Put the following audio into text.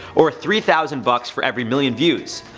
or three thousand bucks for every million views.